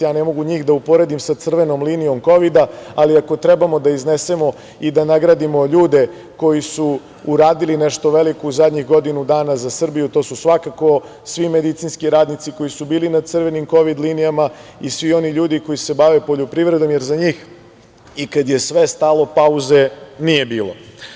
Ja ne mogu njih da uporedim sa crvenom linijom kovida, ali ako trebamo da iznesemo i da nagradimo ljude koji su uradili nešto veliko u poslednjih godinu dana za Srbiju, to su svakako svi medicinski radnici koji su bili na crvenim kovid linijama i svi oni ljudi koji se bave poljoprivredom, jer za njih i kad je sve stalo, pauze nije bilo.